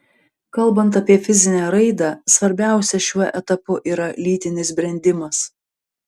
kalbant apie fizinę raidą svarbiausia šiuo etapu yra lytinis brendimas